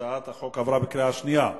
שהצעת החוק עברה בקריאה שנייה.